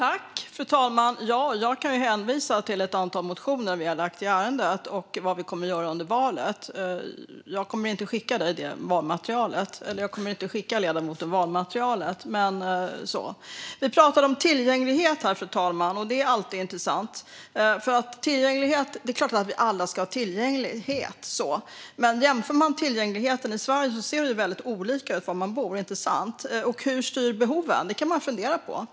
Fru talman! Jag kan hänvisa till ett antal motioner som vi lagt fram i ärendet och vad vi kommer att göra i valet. Jag kommer inte att skicka ledamoten valmaterialet. Vi pratar om tillgänglighet här, fru talman, och det är alltid intressant. Det är klart att vi alla ska ha tillgänglighet. Men tillgängligheten i Sverige ser väldigt olika ut beroende på var man bor, inte sant? Och hur styr behoven? Det kan man fundera på.